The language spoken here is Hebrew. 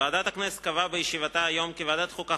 הודעה ראשונה: ועדת הכנסת קבעה בישיבתה היום כי ועדת החוקה,